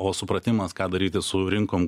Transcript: o supratimas ką daryti su rinkom